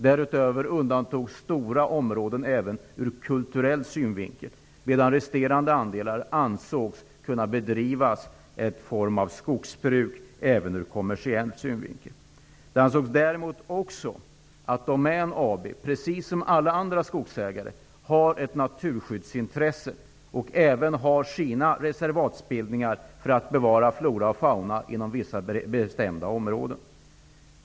Därutöver undantogs stora områden även från kulturell synvinkel, medan resterande andelar ansågs kunna bedriva en form av skogsbruk, även från kommersiell synvinkel. Men det ansågs också att Domän AB, precis som alla andra skogsägare, har ett naturskyddsintresse och sina reservatbildningar för att bevara flora och fauna inom vissa bestämda områden.